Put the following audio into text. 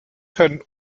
können